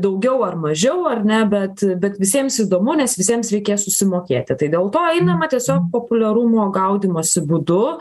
daugiau ar mažiau ar ne bet bet visiems įdomu nes visiems reikės susimokėti tai dėl to einama tiesiog populiarumo gaudymosi būdu